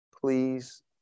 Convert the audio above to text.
Please